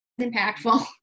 impactful